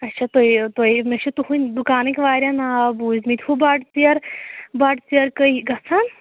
اچھا تُہۍ یہِ تُہۍ یہِ مےٚ چھِ تُہٕنٛدِ دُکانٕکۍ واریاہ ناو بوٗزمٕتۍ ہُہ بۄٹہٕ ژیرٕ بۄٹہٕ ژیرٕ کٔہۍ گژھان